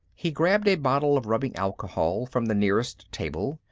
he grabbed a bottle of rubbing alcohol from the nearest table,